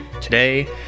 Today